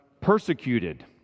persecuted